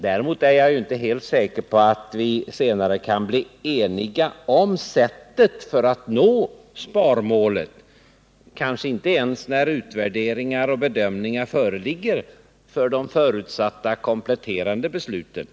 Däremot är jag inte säker på att vi senare kan bli eniga om sättet att nå sparmålet — kanske inte ens när utvärderingar och bedömningar föreligger för de förutsatta kompletterande besluten.